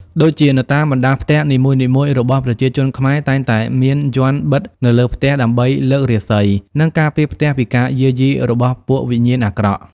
ដូចជានៅតាមបណ្តាផ្ទះនីមួយៗរបស់ប្រជាជនខ្មែរតែងតែមានយន្តបិតនៅលើផ្ទះដើម្បីលើករាសី និងការពារផ្ទះពីការយាយីរបស់ពួកវិញ្ញាណអាក្រក់